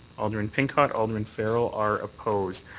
alderman pincott, alderman farrell are opposed.